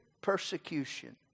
persecution